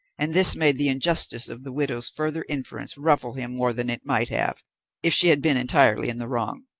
and this made the injustice of the widow's further inference ruffle him more than it might have if she had been entirely in the wrong.